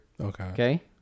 Okay